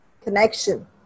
connection